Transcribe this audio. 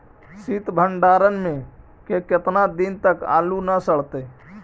सित भंडार में के केतना दिन तक आलू न सड़तै?